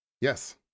yes